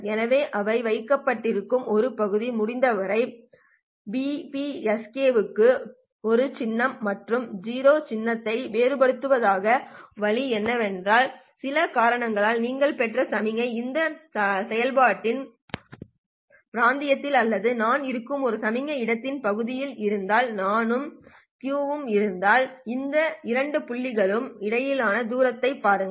எனவே அவை வைக்கப்படுகின்றன ஒரு பகுதி முடிந்தவரை BPSK க்கு 1 சின்னம் மற்றும் 0 சின்னத்தை வேறுபடுத்துவதற்கான வழி என்னவென்றால் சில காரணங்களால் நீங்கள் பெற்ற சமிக்ஞை இந்த செயல்பாட்டின் பிராந்தியத்தில் அல்லது நான் இருக்கும் ஒரு சமிக்ஞை இடத்தின் பகுதியில் இருந்தால் நானும் கியூவும் இருந்தால் இந்த இரண்டு புள்ளிகளுக்கும் இடையிலான தூரத்தைப் பாருங்கள்